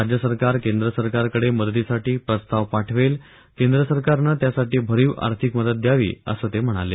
राज्य सरकार केंद्र सरकारकडे मदतीसाठी प्रस्ताव पाठवेल केंद्र सरकारने त्यासाठी भरीव आर्थिक मदत द्यावी असं ते म्हणाले